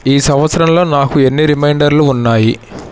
ఈ సంవత్సరంలో నాకు ఎన్ని రిమైండర్లు ఉన్నాయి